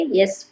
yes